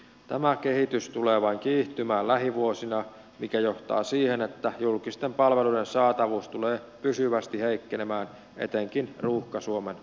tämä kehitys tulee vain kiihtymään lähivuosina mikä johtaa siihen että julkisten palveluiden saatavuus tulee pysyvästi heikkenemään etenkin ruuhka suomen ulkopuolella